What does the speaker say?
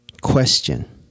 question